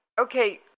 Okay